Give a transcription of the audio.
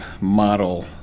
model